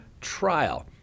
trial